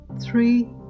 three